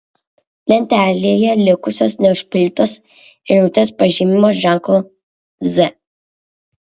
lentelėje likusios neužpildytos eilutės pažymimos ženklu z